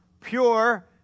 pure